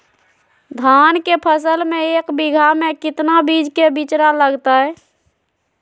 धान के फसल में एक बीघा में कितना बीज के बिचड़ा लगतय?